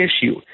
issue